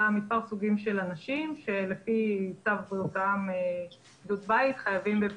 מספר סוגי אנשים שלפי --- חייבים בבידוד.